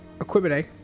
equipment